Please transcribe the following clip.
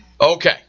Okay